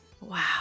Wow